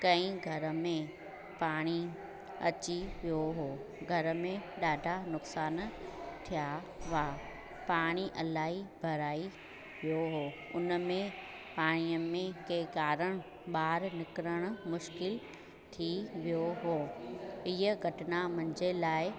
कंहिं घर में पाणी अची वियो हुओ घर में ॾाढा नुक़सान थिया हुआ पाणी इलाही भराई वियो हुओ हुन में पाणीअ में कंहिं कारण ॿाहिरि निकिरण मुश्किल थी वियो हुओ इहा घटना मुंहिंजे लाइ